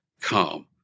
come